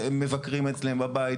מבקרים אצלם בבית,